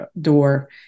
door